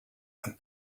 and